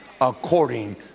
according